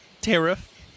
Tariff